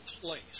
place